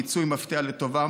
מיצוי מפתיע לטובה,